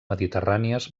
mediterrànies